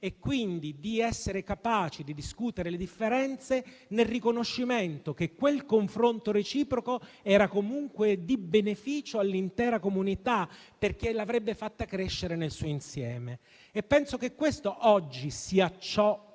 e, quindi, di essere capaci di discutere le differenze in quel confronto reciproco che era comunque di beneficio all'intera comunità perché l'avrebbe fatta crescere nel suo insieme. Penso che questo oggi sia ciò che